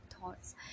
thoughts